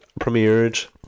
premiered